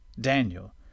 Daniel